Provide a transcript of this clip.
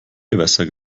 gewässer